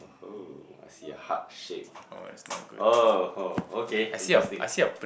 oh I see a heart shape oh oh okay interesting